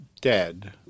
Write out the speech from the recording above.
dead